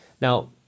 Now